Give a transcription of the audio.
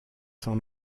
sans